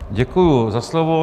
Děkuji za slovo.